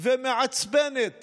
ומעצבנת